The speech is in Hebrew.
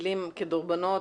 מילים כדורבנות,